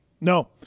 No